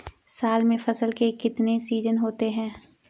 साल में फसल के कितने सीजन होते हैं?